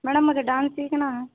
madam मुझे dance सीखना है